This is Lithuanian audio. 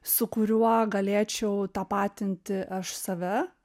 su kuriuo galėčiau tapatinti aš save